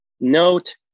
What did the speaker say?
note